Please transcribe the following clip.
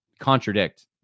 contradict